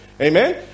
Amen